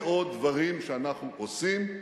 הרבה מאוד דברים שאנחנו עושים.